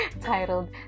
titled